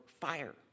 fire